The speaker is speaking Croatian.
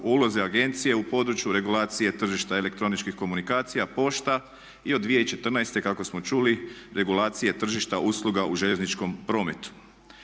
ulozi agencije u području regulacije tržište elektroničkih komunikacija pošta i od 2014.kako smo čuli regulacije tržišta usluga u željezničkom prometu.